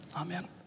Amen